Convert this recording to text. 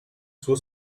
suo